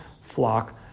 flock